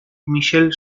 michel